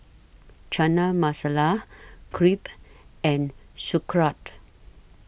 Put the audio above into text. Chana Masala Crepe and Sauerkraut